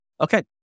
Okay